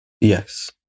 Yes